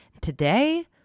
today